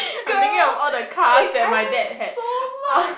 girl quick I have so much